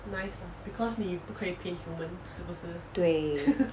对